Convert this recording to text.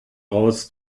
raus